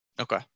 Okay